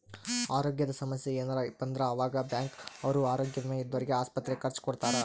ಅರೋಗ್ಯದ ಸಮಸ್ಸೆ ಯೆನರ ಬಂದ್ರ ಆವಾಗ ಬ್ಯಾಂಕ್ ಅವ್ರು ಆರೋಗ್ಯ ವಿಮೆ ಇದ್ದೊರ್ಗೆ ಆಸ್ಪತ್ರೆ ಖರ್ಚ ಕೊಡ್ತಾರ